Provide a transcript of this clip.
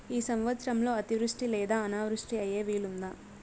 ఈ సంవత్సరంలో అతివృష్టి లేదా అనావృష్టి అయ్యే వీలుందా?